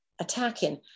attacking